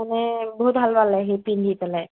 মানে বহুত ভাল পালে সি পিন্ধি পেলাই